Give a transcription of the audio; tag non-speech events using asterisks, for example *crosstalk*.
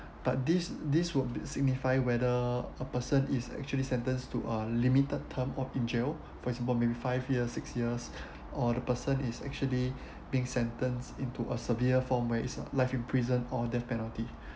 but this this would signify whether a person is actually sentenced to a limited term of in jail *breath* for example maybe five years six years or the person is actually being sentenced into a severe form where his life in prison or death penalty